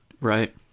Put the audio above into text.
Right